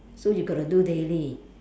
so you got to do daily